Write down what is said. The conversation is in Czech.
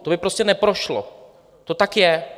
To by prostě neprošlo, to tak je.